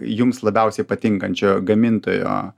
jums labiausiai patinkančio gamintojo